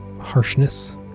harshness